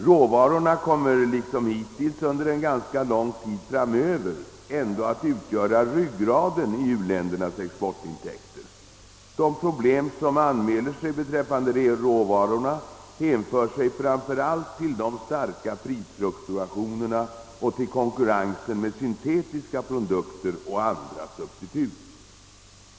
Råvarorna kommer liksom hittills under en ganska lång tid framöver att utgöra ryggraden i u-ländernas exportintäkter. De problem som anmäler sig beträffände råvarorna hänför sig framför allt till de starka prisfluktuationerna och till konkurrensen med syntetiska produkter och andra substitut.